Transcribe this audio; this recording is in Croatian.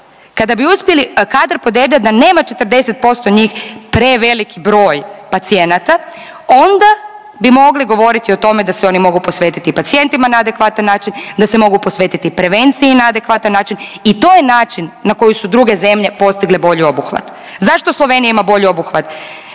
kada bi uspjeli kadar podebljati da nema 40% njih prevelik broj pacijenata onda bi mogli govoriti o tome da se oni mogu posvetiti pacijentima na adekvatan način, da se mogu posvetiti prevenciji na adekvatan način i to je način na koji su druge zemlje postigle bolji obuhvat. Zašto Slovenija ima bolji obuhvat